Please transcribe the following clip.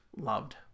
loved